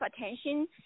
attention